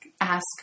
ask